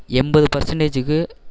எண்பது பர்சன்டேஜுக்கு